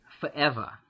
Forever